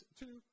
two